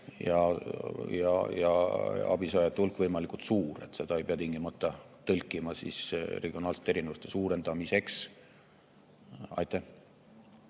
ja abisaajate hulk võimalikult suur. Seda ei pea tingimata tõlgendama regionaalsete erinevuste suurendamisena. Aitäh!